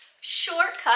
Shortcut